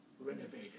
renovated